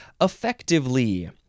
Effectively